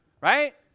Right